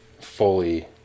Fully